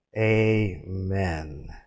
Amen